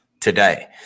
today